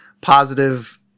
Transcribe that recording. positive